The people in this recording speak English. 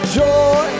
joy